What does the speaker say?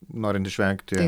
norint išvengti